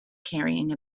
carrying